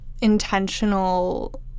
intentional